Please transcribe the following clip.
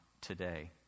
today